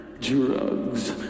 Drugs